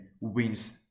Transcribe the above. wins